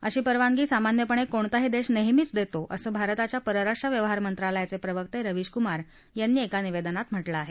अशी परवानगी सामान्यपणे कोणताही देश नेहमीच देतो असं भारताच्या परराष्ट्र व्यवहार मंत्रालयाचे प्रवक्ते स्वीशकुमार यांनी एका निवेदनात म्हटलं आहे